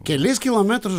kelis kilometrus